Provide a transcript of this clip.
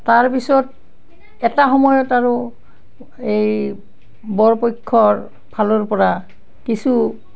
তাৰ পিছত এটা সময়ত আৰু এই বৰ পক্ষৰ ফালৰ পৰা কিছু